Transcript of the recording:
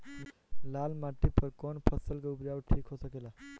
लाल माटी पर कौन फसल के उपजाव ठीक हो सकेला?